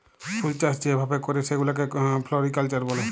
ফুলচাষ যে ভাবে ক্যরে সেগুলাকে ফ্লরিকালচার ব্যলে